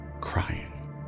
crying